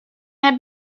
had